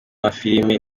amafilimi